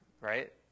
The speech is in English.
right